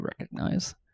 recognize